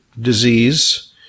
disease